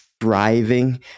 thriving